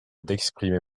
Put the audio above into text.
d’exprimer